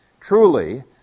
Truly